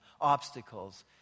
obstacles